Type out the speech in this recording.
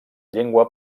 llengua